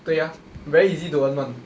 对 ah very easy to earn [one]